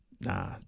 nah